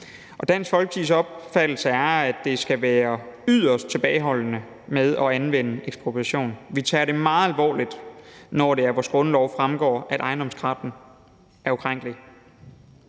Dansk Folkepartis opfattelse er, at man skal være yderst tilbageholdende med at anvende ekspropriation. Vi tager det meget alvorligt, når det af vores grundlov fremgår, at ejendomsretten er ukrænkelig.